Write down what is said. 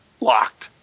locked